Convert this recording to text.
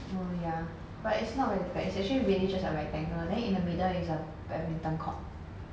oh ya but it's not very bad it's actually really just a rectangle then in the middle is a badminton court